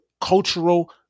cultural